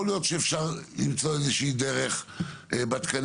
יכול להיות שאפשר למצוא איזושהי דרך בתקנים,